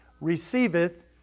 receiveth